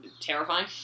terrifying